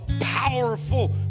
powerful